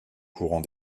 courant